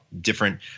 different